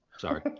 sorry